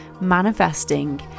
manifesting